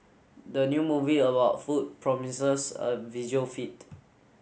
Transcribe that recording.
the new movie about food promises a visual feet